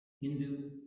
Hindu